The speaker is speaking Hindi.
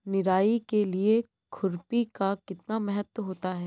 निराई के लिए खुरपी का कितना महत्व होता है?